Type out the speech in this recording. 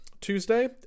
Tuesday